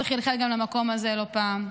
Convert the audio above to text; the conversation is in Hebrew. זה חלחל גם למקום הזה לא פעם,